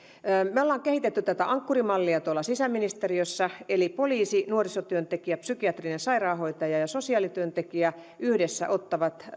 me olemme kehittäneet tätä ankkuri mallia sisäministeriössä eli poliisi nuorisotyöntekijä psykiatrinen sairaanhoitaja ja sosiaalityöntekijä yhdessä ottavat